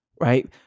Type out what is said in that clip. right